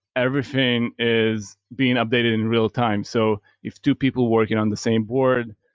everything is being updated in real-time. so if two people working on the same board,